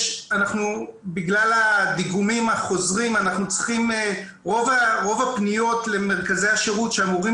בגלל הדיגומים החוזרים רוב הפניות למרכזי השירות שאמורים